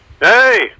Hey